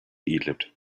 egypt